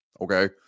Okay